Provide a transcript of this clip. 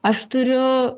aš turiu